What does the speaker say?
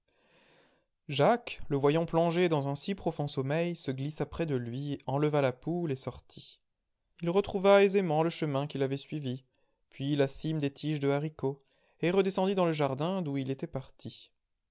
jacques le voyant plongé dans un si profond sommeil se glissa près de lui enleva la poule et sortit il retrouva aisément le chemin qu'il avait suivi puis la cime des tiges de haricots et redescendit dans le jardin d'où il était parti